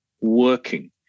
working